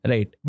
Right